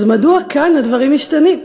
אז מדוע כאן הדברים משתנים?